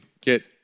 get